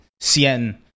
Cien